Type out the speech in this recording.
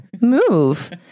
move